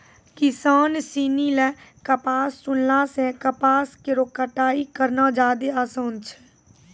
किसान सिनी ल कपास चुनला सें कपास केरो कटाई करना जादे आसान छै